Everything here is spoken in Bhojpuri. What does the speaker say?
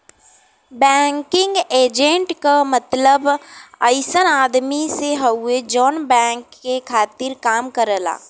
बैंकिंग एजेंट क मतलब अइसन आदमी से हउवे जौन बैंक के खातिर काम करेला